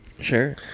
Sure